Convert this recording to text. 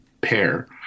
pair